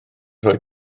rhoi